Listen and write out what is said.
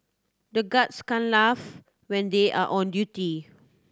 the guards can't laugh when they are on duty